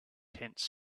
tents